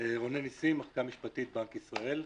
אני מן המחלקה המשפטית בבנק ישראל.